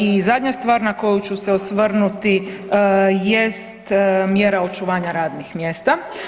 I zadnja stvar na koju ću se osvrnuti jest mjera očuvanja radnih mjesta.